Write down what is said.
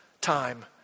time